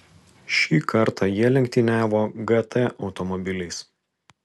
šį kartą jie lenktyniavo gt automobiliais